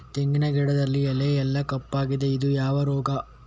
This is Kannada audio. ತೆಂಗಿನ ಗಿಡದಲ್ಲಿ ಎಲೆ ಎಲ್ಲಾ ಕಪ್ಪಾಗಿದೆ ಇದು ಯಾವ ರೋಗ?